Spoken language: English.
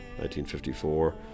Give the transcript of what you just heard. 1954